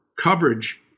coverage